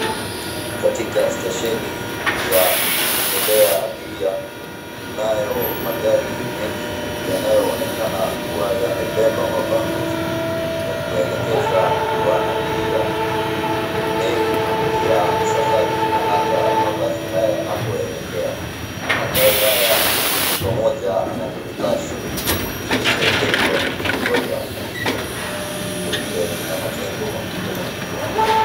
Katika stesheni ya kubebea abiria, kunayo magari mengi yanayoonekana kuwa yamebeba mabango juu, ya kuwaelekeza waabiria, bei ya safari na hata mabasi haya yanapoelekea. Magari haya ni pamoja na mini basi zilizoegezwa na kungoja abiria. Vilevile, kuna majengo makubwa makubwa.